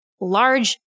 large